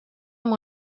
amb